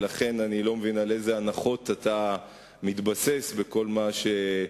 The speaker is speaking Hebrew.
ולכן אני לא מבין על אילו הנחות אתה מתבסס בכל מה שציינת.